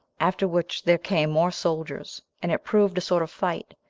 after which there came more soldiers, and it proved a sort of fight,